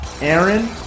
Aaron